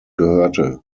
gehörte